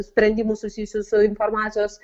sprendimų susijusių su informacijos